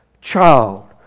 child